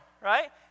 right